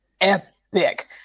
epic